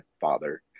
father